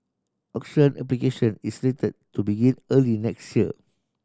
auction application is slated to begin early next year